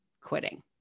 quitting